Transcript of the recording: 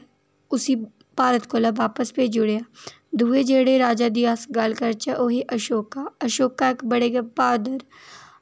हारियै उसी भारत कोला बापस भेजी ओड़ेआ दूए जेह्ड़े राजा दी अस गल्ल करचै ओह् हे आशोक आशोका इक जेह्डे बडै गै बहादुर